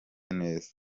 neza